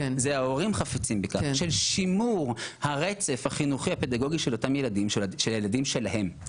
זה ההורים חפצים בשימור הרצף החינוכי-פדגוגי של הילדים שלהם.